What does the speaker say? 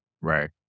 Right